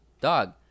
dog